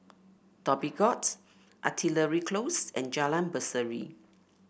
Dhoby Ghauts Artillery Close and Jalan Berseri